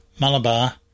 Malabar